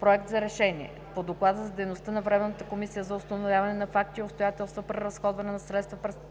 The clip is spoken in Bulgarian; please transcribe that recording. Проект! РЕШЕНИЕ по Доклада за дейността на Временната комисия за установяване на факти и обстоятелства при разходване на средства, предоставени